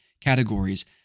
categories